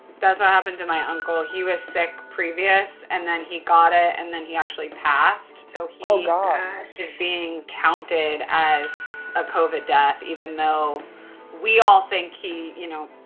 that's what ah happened to my uncle. he was sick previous and then he got it and then he actually passed. so he is being counted as a covid death, even though we all think he, you know,